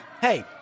Hey